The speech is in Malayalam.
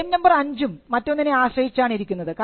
ക്ളെയിം നമ്പർ അഞ്ചും മറ്റൊന്നിനെ ആശ്രയിച്ചാണിരിക്കുന്നത്